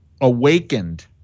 awakened